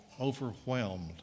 overwhelmed